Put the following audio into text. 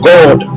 God